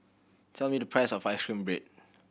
tell me the price of ice cream bread